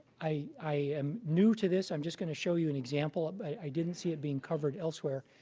i i am new to this. i'm just going to show you an example. ah i didn't see it being covered elsewhere.